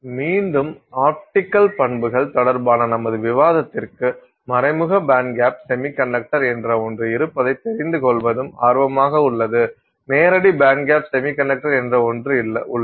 மீண்டும் ஆப்டிக்கல் பண்புகள் தொடர்பான நமது விவாதத்திற்கு மறைமுக பேண்ட்கேப் செமிகண்டக்டர் என்ற ஒன்று இருப்பதை தெரிந்து கொள்வதும் ஆர்வமாக உள்ளது நேரடி பேண்ட்கேப் செமிகண்டக்டர் என்ற ஒன்று உள்ளது